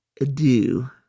adieu